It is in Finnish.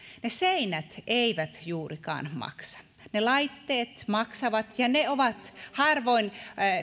ne seinät eivät juurikaan maksa ne laitteet maksavat ja ne on harvoin pultattu